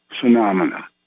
phenomena